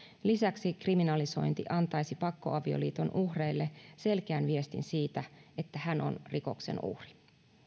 lisäksi kriminalisointi antaisi pakkoavioliiton uhreille selkeän viestin siitä että hän on rikoksen uhri